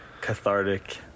cathartic